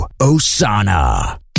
Osana